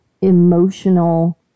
emotional